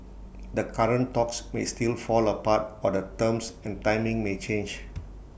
the current talks may still fall apart or the terms and timing may change